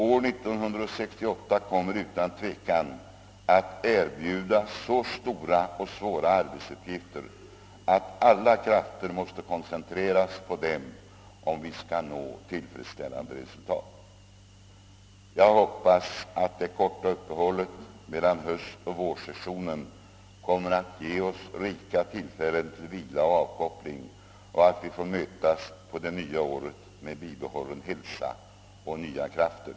år 1968 kommer utan tvekan att erbjuda så stora och svåra arbetsuppgifter, att alla krafter måste koncentreras på dem:om vi skall nå tillfredsställande resultat. Jag hoppas att det korta uppehållet mellan höstoch vårsessionen kommer att ge oss rika tillfällen till vila och :avkoppling och att vi får mötas på det nya året med bibehållen hälsa och nya krafter.